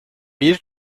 bir